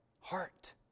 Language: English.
heart